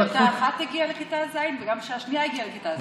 כשאחת הגיעה לכיתה ז' וגם כשהשנייה הגיעה לכיתה ז'.